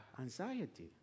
anxiety